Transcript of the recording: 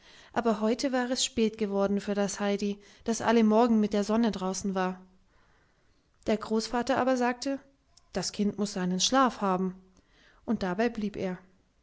aber heute war es spät geworden für das heidi das alle morgen mit der sonne draußen war der großvater aber sagte das kind muß seinen schlaf haben und dabei blieb er